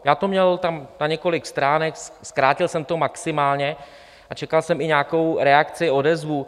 Já to měl na několik stránek, zkrátil jsem to maximálně a čekal jsem i nějakou reakci, odezvu.